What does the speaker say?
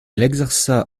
exerça